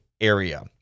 area